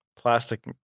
plastic